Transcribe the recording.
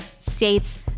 states